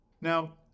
Now